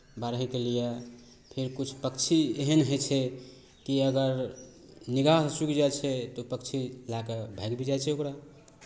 बढ़यके लिए फेर किछु पक्षी एहन होइ छै कि अगर निगाह चुकि जाइ छै तऽ ओ पक्षी लए कऽ भागि भी जाइ छै ओकरा